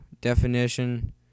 definition